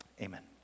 Amen